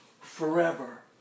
forever